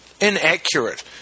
inaccurate